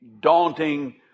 daunting